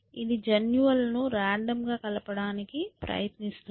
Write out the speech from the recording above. ఇది జన్యువులను రాండమ్ గా కలపడానికి ప్రయత్నిస్తుంది